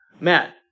Matt